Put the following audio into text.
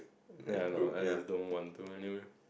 ya no no as in don't want to anyway